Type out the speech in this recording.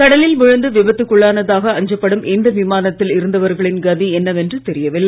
கடலில் விழுந்து விபத்துக்குள்ளானதாக அஞ்சப்படும் இந்த விமானத்தில் இருந்தவர்களின் கதி என்னவென்று தெரியவில்லை